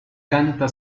canta